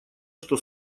что